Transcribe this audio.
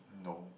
no